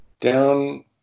down